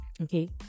Okay